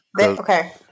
Okay